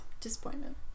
disappointment